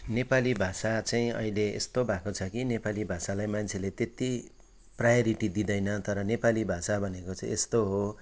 नेपाली भाषा चाहिँ अहिले यस्तो भएको छ कि नेपाली भाषालाई मान्छेले त्यति प्रायोरिटी दिँदैन तर नेपाली भाषा भनेको चाहिँ यस्तो हो